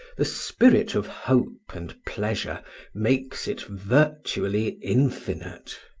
the spirit of hope and pleasure makes it virtually infinite.